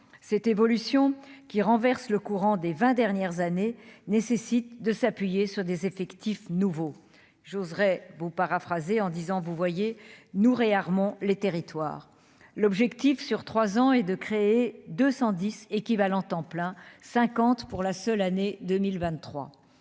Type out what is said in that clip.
cette évolution qui renverse le courant des 20 dernières années, nécessite de s'appuyer sur des effectifs nouveaux j'oserai vous paraphraser en disant vous voyez nous re-Armon les territoires l'objectif sur 3 ans et de créer 210 équivalents temps plein, 50 pour la seule année 2023,